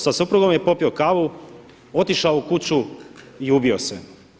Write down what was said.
Sa suprugom je popio kavu, otišao u kuću i ubio se.